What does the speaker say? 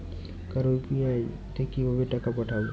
কারো ইউ.পি.আই তে কিভাবে টাকা পাঠাবো?